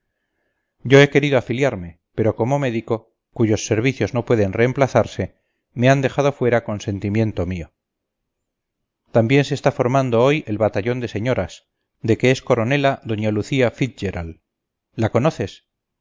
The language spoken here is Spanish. yo he querido afiliarme pero como médico cuyos servicios no pueden reemplazarse me han dejado fuera con sentimiento mío también se está formando hoy el batallón de señoras de que es coronela doña lucía fitz gerard la conoces